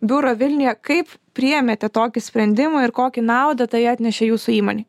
biuro vilniuje kaip priėmėte tokį sprendimą ir kokį naudą tai atnešė jūsų įmonei